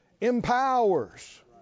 empowers